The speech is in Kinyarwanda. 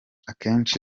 akenshi